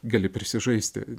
gali prisižaisti